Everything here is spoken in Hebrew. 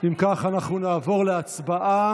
אם כך, אנחנו נעבור להצבעה.